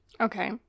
Okay